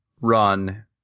run